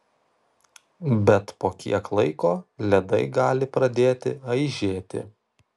bet po kiek laiko ledai gali pradėti aižėti